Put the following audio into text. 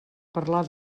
parlar